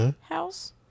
house